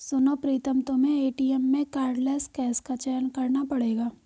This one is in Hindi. सुनो प्रीतम तुम्हें एटीएम में कार्डलेस कैश का चयन करना पड़ेगा